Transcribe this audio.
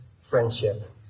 friendship